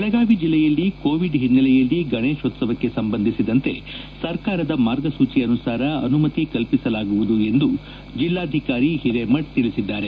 ಬೆಳಗಾವಿ ಜಿಲ್ಲೆಯಲ್ಲಿ ಕೋವಿಡ್ ಹಿನ್ನೆಲೆಯಲ್ಲಿ ಗಣೇಶೋತ್ಸವಕ್ಕೆ ಸಂಬಂಧಿಸಿದಂತೆ ಸರ್ಕಾರದ ಮಾರ್ಗಸೂಚಿ ಅನುಸಾರ ಅನುಮತಿ ಕಲ್ಪಿಸಲಾಗುವುದು ಎಂದು ಜೆಲ್ಲಾಧಿಕಾರಿ ಹಿರೇಮಠ ತಿಳಿಸಿದ್ದಾರೆ